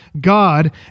God